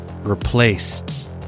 replaced